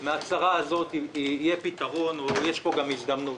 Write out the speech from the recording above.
מהצרה הזו יהיה פתרון או יש פה גם הזדמנות.